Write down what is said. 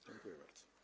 Dziękuję bardzo.